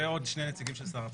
ועוד שני נציגים של שר הפנים.